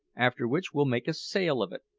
after which we'll make a sail of it.